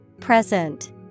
Present